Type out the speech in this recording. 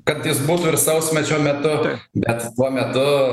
kad jis būtų ir sausmečio metu bet tuo metu